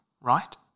right